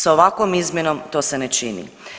Sa ovakvom izmjenom to se ne čini.